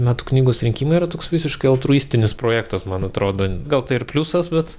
metų knygos rinkimai yra toks visiškai altruistinis projektas man atrodo gal tai ir pliusas bet